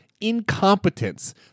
incompetence